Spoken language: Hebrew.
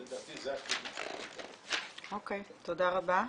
לדעתי זה ה- -- תודה רבה.